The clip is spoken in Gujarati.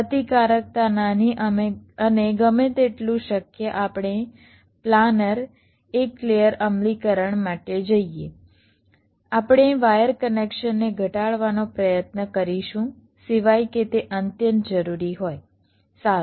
પ્રતિકારકતા નાની અને ગમે તેટલું શક્ય આપણે પ્લાનર એક લેયર અમલીકરણ માટે જઈએ આપણે વાયર કનેક્શનને ઘટાડવાનો પ્રયત્ન કરીશું સિવાય કે તે અત્યંત જરૂરી હોય સારું